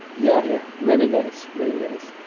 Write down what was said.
yeah yeah many guys, many guys.